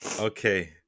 Okay